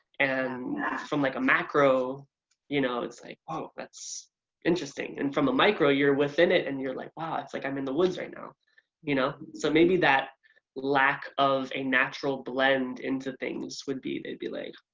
and from like a macro you know it's like oh that's interesting, and from a micro you're within it and you're like wow ah it's like i'm in the woods right now you know. so maybe that lack of a natural blend into things would be they'd be like,